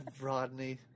Rodney